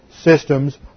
systems